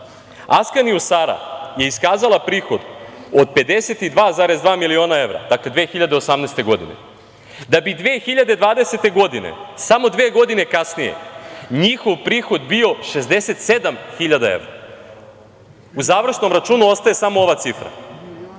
„Askanijus ara“ je iskazala prihod od 52,2 miliona evra 2018. godine, da bi 2020. godine, samo dve godine kasnije, njihov prihod bio 67 hiljada evra. U završnom računu ostaje samo ova cifra,